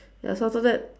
ya so after that